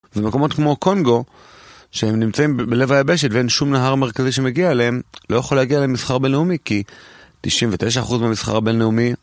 במקומות כמו קונגו, שהם נמצאים בלב היבשת ואין שום נהר מרכזי שמגיע אליהם, לא יכול להגיע למסחר בינלאומי כי 99% מהמסחר הבינלאומי...